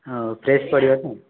ହଉ ଫ୍ରେସ୍ ପରିବା ତ